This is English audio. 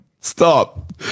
stop